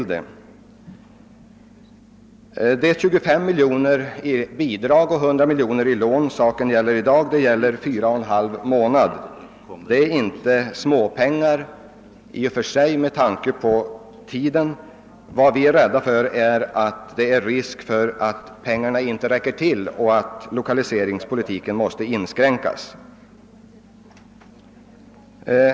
Vad det i dag gäller är att utöka lokaliseringsmedlen med 25 miljoner kronor i bidrag och 100 miljoner kronor i lån under en tid av fyra och en halv månader. Det är med tanke på den korta tiden inte några småpengar. Vad vi fruktar är att medlen inte kommer att räcka till och att lokaliseringspolitiken därför måste inskränkas.